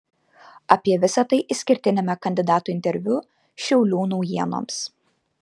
apie visa tai išskirtiniame kandidatų interviu šiaulių naujienoms